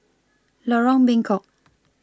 Lorong Bengkok